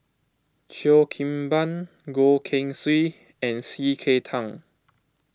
Cheo Kim Ban Goh Keng Swee and C K Tang